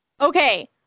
Okay